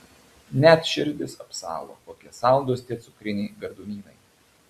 net širdis apsalo tokie saldūs tie cukriniai gardumynai